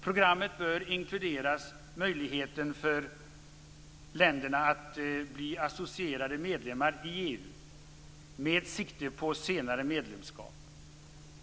Programmet bör inkludera möjligheten för länderna att bli associerade medlemmar i EU med sikte på senare medlemskap.